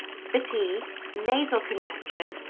fatigue, nasal congestion,